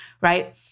right